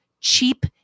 cheap